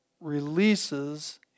releases